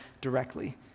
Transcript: directly